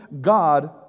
God